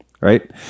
right